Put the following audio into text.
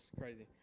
crazy